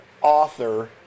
author